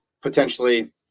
potentially